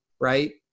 right